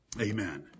Amen